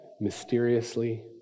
mysteriously